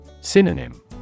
Synonym